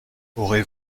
aurez